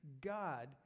God